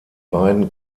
beiden